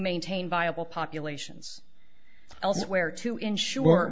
maintain viable populations elsewhere to ensure